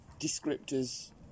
descriptors